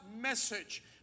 message